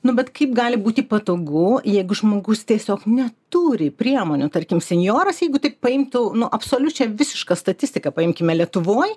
nu bet kaip gali būti patogu jeigu žmogus tiesiog ne turi priemonių tarkim senjoras jeigu taip paimtų nu absoliučią visišką statistiką paimkime lietuvoj